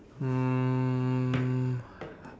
um